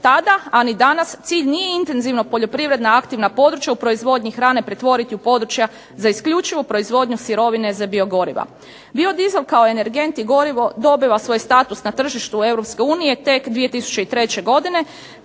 Tada, a ni danas cilj nije intenzivno poljoprivredno aktivna područja u proizvodnji hrane pretvoriti u područja za isključivu proizvodnju sirovine za biogoriva. Bio dizel kao energent i gorivo dobiva svoj status na tržištu Europske unije tek 2003. godine